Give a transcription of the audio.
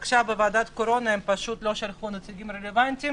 הם פשוט לא שלחו עכשיו נציגים רלוונטיים